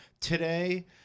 today